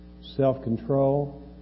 self-control